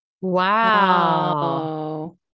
Wow